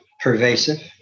pervasive